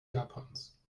japans